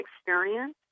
experience